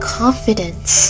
confidence